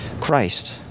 Christ